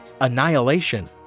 annihilation